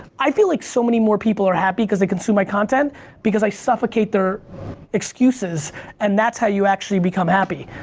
i feel like so many more people are happy cause they consume my content because i suffocate their excuses and that's how you actually become happy.